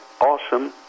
awesome